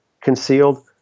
concealed